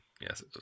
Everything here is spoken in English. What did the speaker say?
Yes